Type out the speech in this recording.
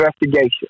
investigation